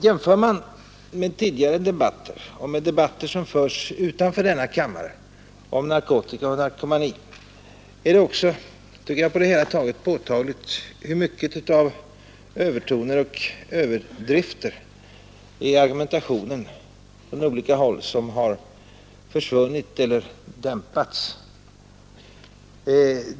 Jämför man med tidigare debatter och med debatter som förs utanför denna kammare om narkotika och narkomani är det påtagligt hur mycket av övertoner och överdrifter i argumentationen från olika håll som har försvunnit eller dämpats.